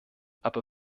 aber